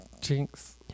Jinx